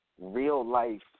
real-life